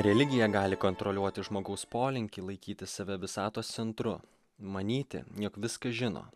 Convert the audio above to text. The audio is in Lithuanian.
religija gali kontroliuoti žmogaus polinkį laikyti save visatos centru manyti jog viską žino